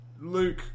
Luke